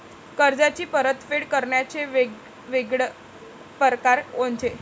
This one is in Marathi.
कर्जाची परतफेड करण्याचे वेगवेगळ परकार कोनचे?